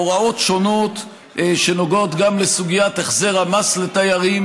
הוראות שונות שנוגעות לסוגיית החזר המס לתיירים